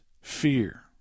fear